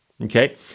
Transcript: okay